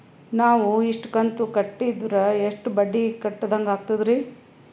ನಾವು ಇಷ್ಟು ಕಂತು ಕಟ್ಟೀದ್ರ ಎಷ್ಟು ಬಡ್ಡೀ ಕಟ್ಟಿದಂಗಾಗ್ತದ್ರೀ?